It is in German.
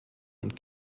und